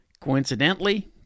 Coincidentally